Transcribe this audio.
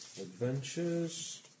Adventures